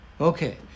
Okay